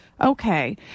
Okay